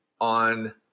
on